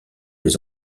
les